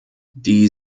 die